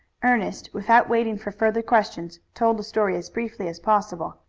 ernest, without waiting for further questions, told the story as briefly as possible.